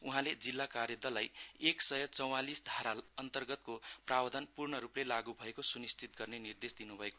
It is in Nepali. उहाँले जिल्ला कार्य दललाई एक सय चौंवालीस धारा अन्तर्गतको प्रावधान पूर्ण रूपले लागू भएको सुनिश्चित गर्ने निर्देश दिनुभयो